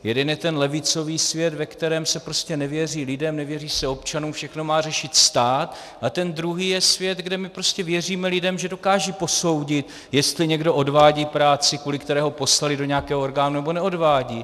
Jeden je ten levicový svět, ve kterém se prostě nevěří lidem, nevěří se občanům, všechno má řešit stát, a ten druhý je svět, kde my věříme lidem, že dokážou posoudit, jestli někdo odvádí práci, kvůli které ho poslali do nějakého orgánu, nebo neodvádí.